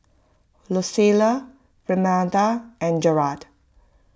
Lucile Renada and Gearld